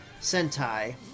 Sentai